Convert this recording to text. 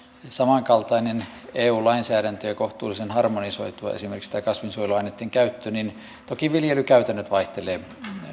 samankaltainen eu lainsäädäntö ja kohtuullisen harmonisoitua esimerkiksi tämä kasvinsuojeluaineitten käyttö niin toki viljelykäytännöt vaihtelevat